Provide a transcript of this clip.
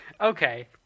Okay